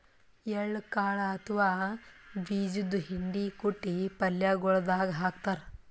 ಎಳ್ಳ ಕಾಳ್ ಅಥವಾ ಬೀಜದ್ದು ಹಿಂಡಿ ಕುಟ್ಟಿ ಪಲ್ಯಗೊಳ್ ದಾಗ್ ಹಾಕ್ತಾರ್